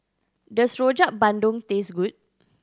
does Rojak Bandung taste good